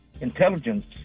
intelligence